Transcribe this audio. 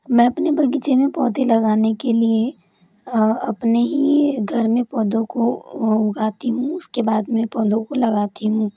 मैं अपने बगीचे में पौधे लगाने के लिए अपने ही घर में पौधों को उगाती हूँ उसके बाद मैं पौधों को लगाती हूँ